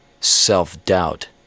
self-doubt